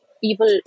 people